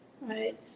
right